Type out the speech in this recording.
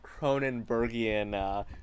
Cronenbergian